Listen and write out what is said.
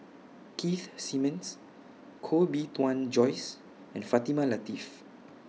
Keith Simmons Koh Bee Tuan Joyce and Fatimah Lateef